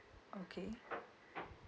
okay